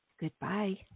Goodbye